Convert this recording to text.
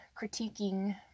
critiquing